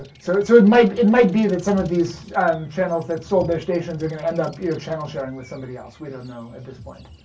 so so, it might it might be that some of these channels that sold their stations are going to end up you know channel sharing with somebody else. we don't know at this point.